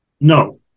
No